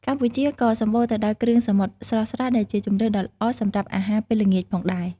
កម្ពុជាក៏សម្បូរទៅដោយគ្រឿងសមុទ្រស្រស់ៗ ដែលជាជម្រើសដ៏ល្អសម្រាប់អាហារពេលល្ងាចផងដែរ ។